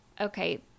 okay